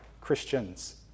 Christians